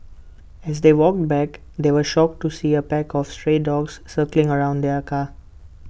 as they walked back they were shocked to see A pack of stray dogs circling around their car